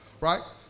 Right